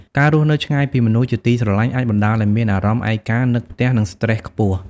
ការរស់នៅឆ្ងាយពីមនុស្សជាទីស្រលាញ់អាចបណ្ដាលឱ្យមានអារម្មណ៍ឯកា នឹកផ្ទះ និងស្ត្រេសខ្ពស់ ។